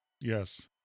Yes